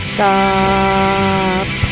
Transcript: Stop